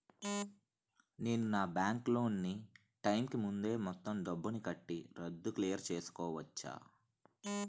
నేను నా bank loan నీ టైం కీ ముందే మొత్తం డబ్బుని కట్టి రద్దు క్లియర్ చేసుకోవచ్చా?